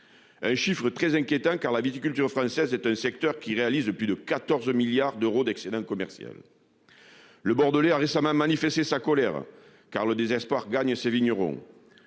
Chiffre très inquiétant car la viticulture française est un secteur qui réalise plus de 14 milliards d'euros d'excédent commercial. Le Bordelais a récemment manifesté sa colère car le désespoir gagne ses vignerons.